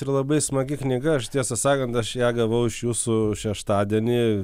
ir labai smagi knyga aš tiesą sakant aš ją gavau iš jūsų šeštadienį